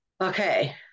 okay